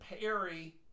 Perry